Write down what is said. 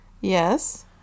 Yes